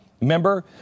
Remember